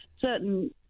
certain